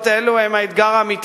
אתה היית עם שר החוץ